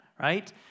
right